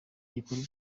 gikorwa